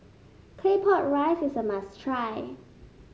Claypot Rice is a must try